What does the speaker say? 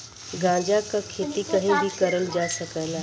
गांजा क खेती कहीं भी करल जा सकला